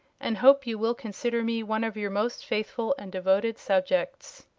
and hope you will consider me one of your most faithful and devoted subjects.